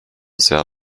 sehr